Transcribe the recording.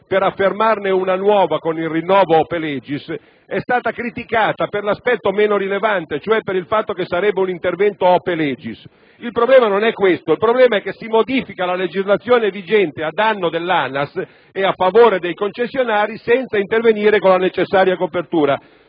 per affermarne una nuova con il rinnovo *ope legis*, è stata criticata per l'aspetto meno rilevante, cioè per il fatto che sarebbe un intervento *ope legis*. Il problema non è questo; il problema è che si modifica la legislazione vigente a danno dell'ANAS e a favore dei concessionari senza intervenire con la necessaria copertura.